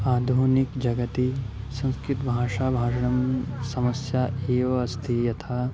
आधुनिकजगति संस्कृतभाषा भाषणं समस्या एव अस्ति यथा